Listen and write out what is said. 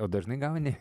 dažnai gauni